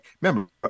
Remember